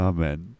Amen